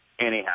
anyhow